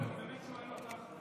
אני באמת שואל אותך,